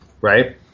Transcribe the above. Right